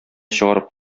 чыгарып